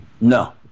No